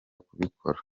kubikora